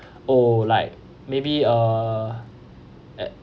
oh like maybe uh at